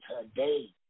today